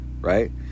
right